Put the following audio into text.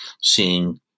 seeing